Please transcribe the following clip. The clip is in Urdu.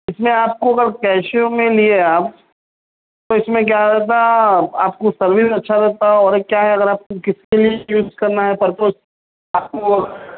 اِس میں آپ كو اگر كیشیو میں لیے آپ تو اِس میں كیا ہوتا آپ كو سروس اچھا رہتا اور ایک کیا ہے اگر آپ کو کس کے لیے یوز کرنا ہے پرپز آپ کو وہ